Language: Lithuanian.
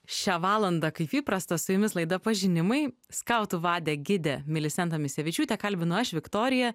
šią valandą kaip įprasta su jumis laida pažinimai skautų vadė gidė milisenta misevičiūtė kalbinu aš viktorija